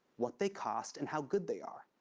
what they cost, and how good they are.